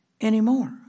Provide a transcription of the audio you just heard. anymore